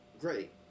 great